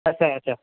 ଆଚ୍ଛା ଆଚ୍ଛା